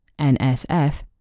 NSF